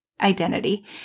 identity